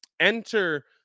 enter